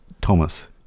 Thomas